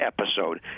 episode